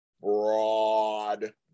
broad